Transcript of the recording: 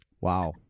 Wow